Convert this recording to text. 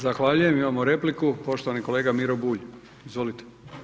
Zahvaljujem, imamo repliku, poštovani kolega Miro Bulj, izvolite.